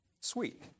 sweet